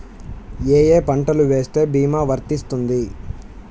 ఏ ఏ పంటలు వేస్తే భీమా వర్తిస్తుంది?